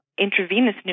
intravenous